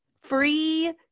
free